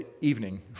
evening